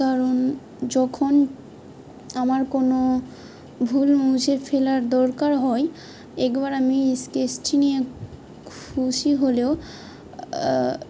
কারণ যখন আমার কোনো ভুল মুছে ফেলার দরকার হয় একবার আমি এই স্কেচটি নিয়ে খুশি হলেও